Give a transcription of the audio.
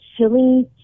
chili